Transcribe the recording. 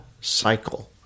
cycle